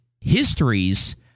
histories